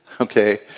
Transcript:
okay